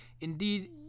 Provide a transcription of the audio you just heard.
Indeed